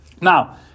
Now